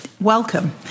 welcome